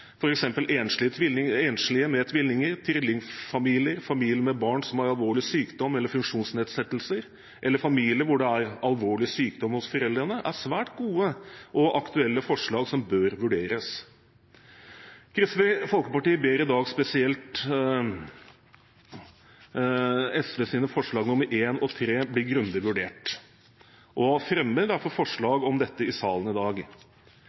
f.eks. enslige med tvillinger, trillingfamilier, familier med barn som har alvorlig sykdom eller funksjonsnedsettelser, eller familier hvor det er alvorlig sykdom hos foreldrene, er svært gode og aktuelle forslag som bør vurderes. Kristelig Folkeparti ber i dag om at spesielt SVs forslag nr. 1 og nr. 3 blir grundig vurdert, og fremmer derfor forslag om dette i salen i dag.